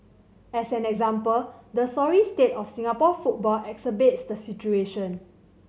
as an example the sorry state of Singapore football exacerbates the situation